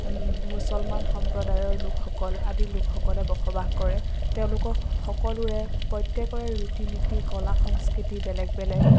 মুচলমান সম্প্ৰদায়ৰ লোকসকল আদি লোকসকলে বসবাস কৰে তেওঁলোকৰ সকলোৰে প্ৰত্যেকৰে ৰীতি নীতি কলা সংস্কৃতি বেলেগ বেলেগ